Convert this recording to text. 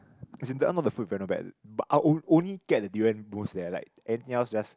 as in that one all the food very not bad but I only only get the durian mousse that I like anything else just